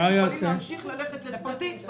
כולם יכולים להמשיך ללכת לפרטי,